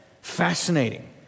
Fascinating